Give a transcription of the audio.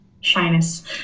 shyness